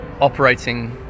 operating